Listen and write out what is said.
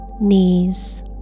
Knees